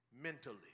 mentally